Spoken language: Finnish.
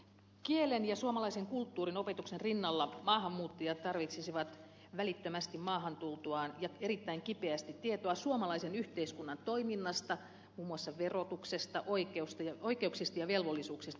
kielen ja suomalaisen kulttuurin opetuksen rinnalla maahanmuuttajat tarvitsisivat maahan tultuaan välittömästi ja erittäin kipeästi tietoa suomalaisen yhteiskunnan toiminnasta muun muassa verotuksesta oikeuksista ja velvollisuuksista